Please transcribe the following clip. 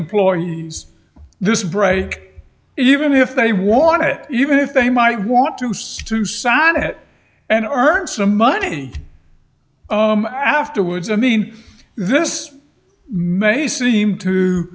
employer this break even if they want it even if they might want to use to sign it and earn some money afterwards i mean this may seem to